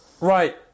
Right